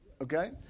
Okay